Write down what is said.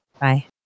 Bye